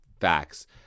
facts